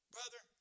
Brother